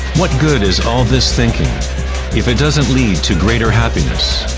what good is all this thinking if it doesn't lead to greater happiness?